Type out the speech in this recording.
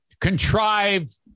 contrived